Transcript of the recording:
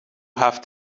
have